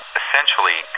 essentially